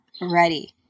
ready